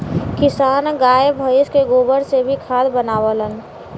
किसान गाय भइस के गोबर से भी खाद बनावलन